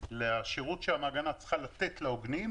לשירות שהמעגנה צריכה לתת לעוגנים,